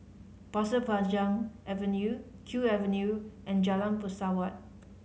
Pasir Panjang Avenue Kew Avenue and Jalan Pesawat